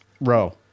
row